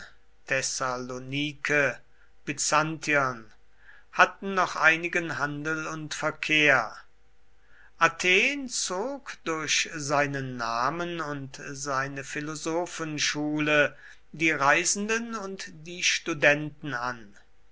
thessalonike byzantion hatten noch einigen handel und verkehr athen zog durch seinen namen und seine philosophenschule die reisenden und die studenten an